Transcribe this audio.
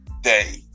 day